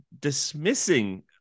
dismissing